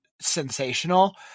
sensational